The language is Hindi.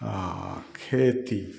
हाँ खेती